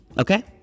Okay